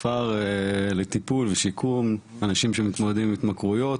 כפר לטיפול ושיקום של אנשים שמתמודדים עם התמכרויות.